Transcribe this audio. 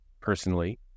personally